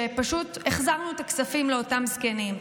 ופשוט החזרנו את הכספים לאותם זקנים.